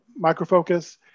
Microfocus